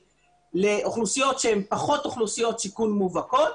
לאוכלוסיות שהן פחות אוכלוסיות סיכון מובהקות,